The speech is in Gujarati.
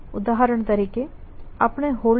ઉદાહરણ તરીકે આપણે Holding